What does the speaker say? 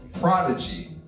Prodigy